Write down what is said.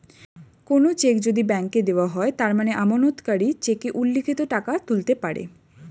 কোনো চেক যদি ব্যাংকে দেওয়া হয় তার মানে আমানতকারী চেকে উল্লিখিত টাকা তুলতে পারে